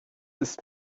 ist